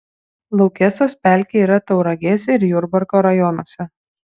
laukesos pelkė yra tauragės ir jurbarko rajonuose